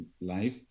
life